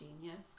genius